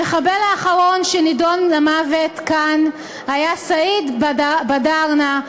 המחבל האחרון שנידון למוות כאן היה סעיד בדארנה,